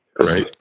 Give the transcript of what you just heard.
Right